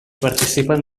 participen